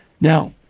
Now